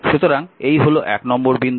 সুতরাং এই হল 1 নম্বর বিন্দু